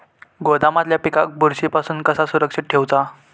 गोदामातल्या पिकाक बुरशी पासून कसा सुरक्षित ठेऊचा?